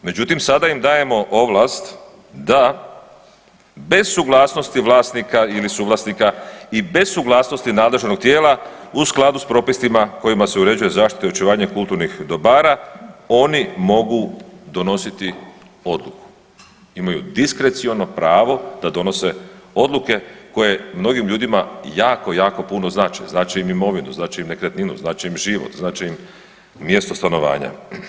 Međutim, sada im dajemo ovlast da bez suglasnosti vlasnika ili suvlasnika i bez suglasnosti nadležnog tijela u skladu s propisima kojima se uređuje zaštita i očuvanje kulturnih dobara oni mogu donositi odluku, imaju diskreciono pravo da donose odluke koje mnogim ljudima jako jako puno znače, znače im imovinu, znače im nekretninu, znače im život, znače im mjesto stanovanja.